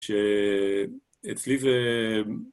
שאצלי זה...